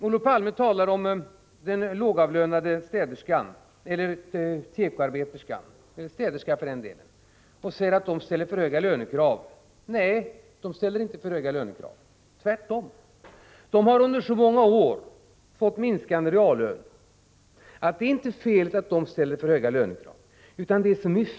Olof Palme talade om en lågavlönad tekoarbeterska, det kunde för den delen lika gärna ha varit en städerska, och sade att hon ställde för höga lönekrav. Nej, hon ställer inte för höga lönekrav — tvärtom. De lågavlönades reallöner har minskat under så många år att det inte är fel att de ställer höga lönekrav.